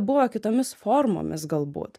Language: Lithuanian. buvo kitomis formomis galbūt